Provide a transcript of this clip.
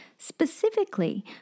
specifically